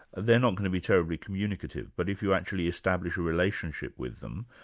they're not going to be terribly communicative. but if you actually establish a relationship with them,